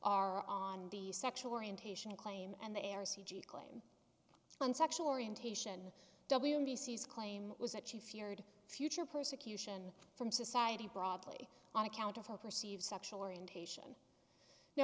are on the sexual orientation claim and the heiress e g clip on sexual orientation w m d c's claim was that she feared future persecution from society broadly on account of her perceived sexual orientation now